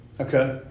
Okay